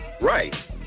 Right